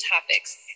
topics